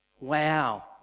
Wow